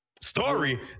Story